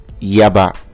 yaba